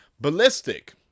Ballistic